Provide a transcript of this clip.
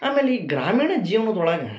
ಆಮೇಲೆ ಈ ಗ್ರಾಮೀಣ ಜೀವನದೊಳಗ